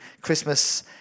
Christmas